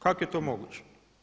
Kako je to moguće?